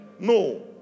No